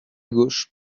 gauche